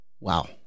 Wow